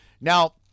Now